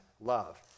love